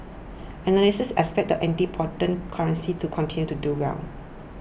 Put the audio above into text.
analysts expect the antipodean currencies to continue to do well